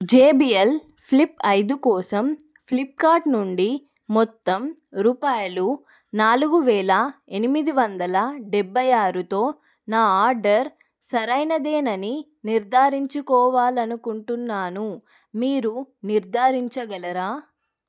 JBL flip ఐదు కోసం Flipkart నుండి మొత్తం రూపాయలు నాలుగు వేల ఎనిమిది వందల డెబ్భై ఆరుతో నా ఆర్డర్ సరైనదేనని నిర్ధారించుకోవాలి అనుకుంటున్నాను మీరు నిర్ధారించగలరా